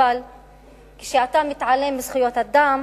אבל כשאתה מתעלם מזכויות אדם